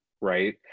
right